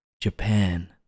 Japan